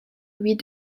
louis